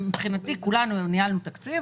כולנו ניהלנו תקציב,